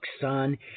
son